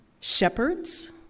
Shepherds